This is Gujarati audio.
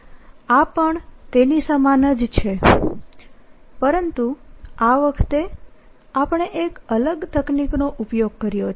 આ પણ તેની સમાન જ છે પરંતુ આ વખતે આપણે એક અલગ તકનીકનો ઉપયોગ કર્યો છે